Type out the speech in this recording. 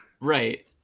Right